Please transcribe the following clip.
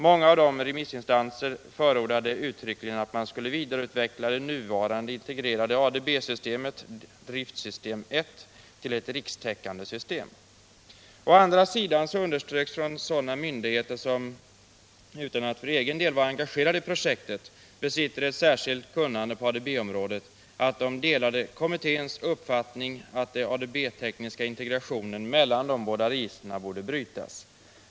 Många av dessa remissinstanser förordade uttryckligen att man skulle vidareutveckla det nuvarande integrerade ADB-systemet, driftsystem 1, till ett rikstäckande system. Å andra sidan underströks från sådana myndigheter som - utan att för egen del vara engagerade i projektet — besitter ett särskilt kunnande på ADB området, att de delade kommitténs uppfattning att den ADB-tekniska integrationen mellan de båda registren borde brytas.